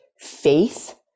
faith